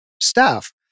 staff